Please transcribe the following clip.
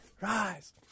rise